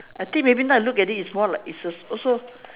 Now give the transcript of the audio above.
I think maybe now I look at it's more like it's a also